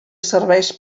serveix